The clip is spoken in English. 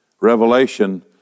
Revelation